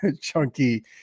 Chunky